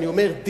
אני אומר,